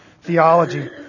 theology